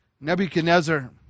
Nebuchadnezzar